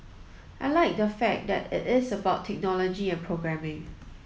I like the fact that it is about technology and programming